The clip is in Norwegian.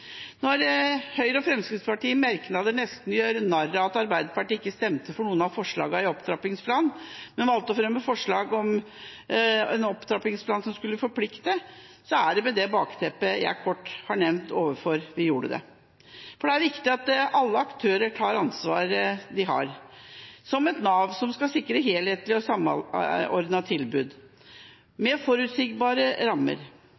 Når Høyre og Fremskrittspartiet i merknader nesten gjør narr av at Arbeiderpartiet ikke stemte for noen av forslagene i opptrappingsplanen, men valgte å fremme forslag om en opptrappingsplan som skulle forplikte, er det med det bakteppet jeg kort har nevnt overfor, at vi gjorde det. Det er viktig at alle aktører tar det ansvar de har, som at Nav skal sikre et helhetlig og samordnet tilbud med forutsigbare rammer.